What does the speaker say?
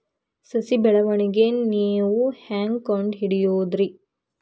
ಸಸಿ ಬೆಳವಣಿಗೆ ನೇವು ಹ್ಯಾಂಗ ಕಂಡುಹಿಡಿಯೋದರಿ?